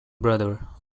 brother